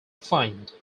find